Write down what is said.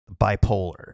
bipolar